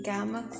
Gamma